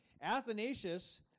Athanasius